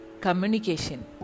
communication